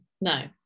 no